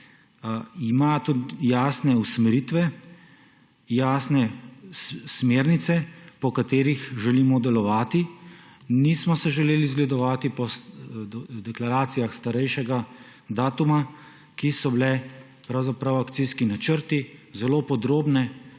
ima tudi jasne usmeritve, jasne smernice, po katerih želimo delovati. Nismo se želeli zgledovati po deklaracijah starejšega datuma, ki so bile pravzaprav akcijski načrti, zelo podrobni